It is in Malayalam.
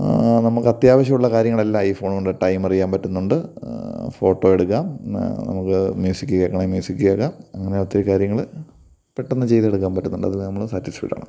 നമുക്ക് അത്യാവശ്യമുള്ള കാര്യങ്ങളെല്ലാം ഈ ഫോണുകൊണ്ട് ടൈം അറിയാൻ പറ്റുന്നുണ്ട് ഫോട്ടോ എടുക്കാം നമുക്ക് മ്യൂസിക് കേൾക്കണമെങ്കിൽ മ്യൂസിക് കേൾക്കാം അങ്ങനെ ഒത്തിരി കാര്യങ്ങൾ പെട്ടന്നു ചെയ്തെടുക്കാം പറ്റുന്നുണ്ട് അതിൽ നമ്മൾ സാറ്റിസ്ഫൈഡ് ആണ്